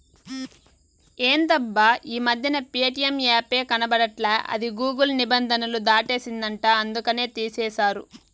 ఎందబ్బా ఈ మధ్యన ప్యేటియం యాపే కనబడట్లా అది గూగుల్ నిబంధనలు దాటేసిందంట అందుకనే తీసేశారు